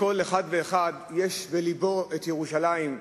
שכל אחד ואחד יש בלבו ירושלים,